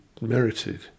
merited